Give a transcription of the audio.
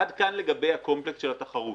עד כאן לגבי הקומפלקס של התחרות.